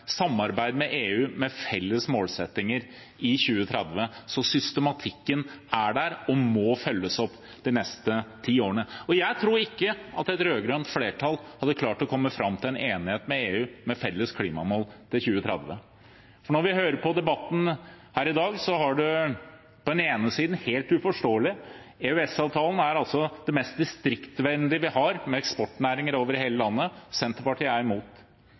samarbeid med EU med felles målsettinger i 2030. Systematikken er der og må følges opp de neste ti årene. Jeg tror ikke et rød-grønt flertall hadde klart å komme fram til en enighet med EU om felles klimamål for 2030. Når vi hører på debatten her i dag, har man på den ene siden det helt uforståelige: EØS-avtalen er det mest distriktsvennlige vi har, med tanke på eksportnæringer over hele landet, men Senterpartiet er imot.